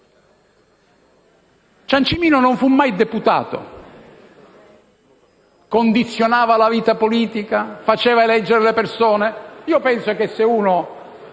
Ciancimino. Egli non fu mai deputato. Condizionava la vita politica? Faceva eleggere le persone? Penso che se un